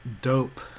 Dope